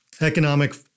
economic